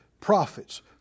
prophets